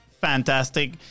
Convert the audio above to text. fantastic